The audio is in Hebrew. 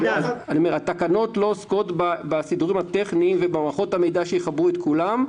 התקנות לא עוסקות בסידורים הטכניים ובמערכות המידע שיחברו את כולם.